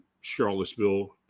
charlottesville